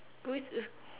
go it it's